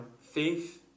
faith